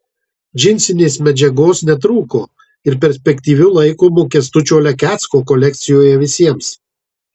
džinsinės medžiagos netrūko ir perspektyviu laikomo kęstučio lekecko kolekcijoje visiems